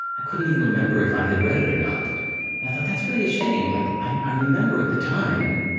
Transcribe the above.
i couldn't even remember if i had read it or not, and i thought, that's really a shame. like i i remember at the time,